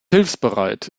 hilfsbereit